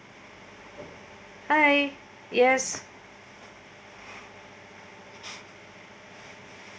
hi yes